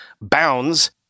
bounds